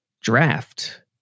draft